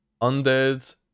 Undead